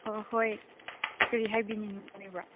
ꯑꯥ ꯍꯣꯏ ꯀꯔꯤ ꯍꯥꯏꯕꯤꯅꯤꯡꯕ ꯂꯩꯕ꯭ꯔꯥ